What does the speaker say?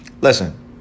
Listen